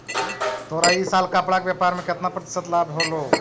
तोरा इ साल कपड़ा के व्यापार में केतना प्रतिशत लाभ होलो?